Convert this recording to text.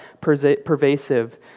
pervasive